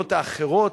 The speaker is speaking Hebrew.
המכולות האחרות,